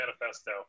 manifesto